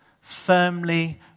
firmly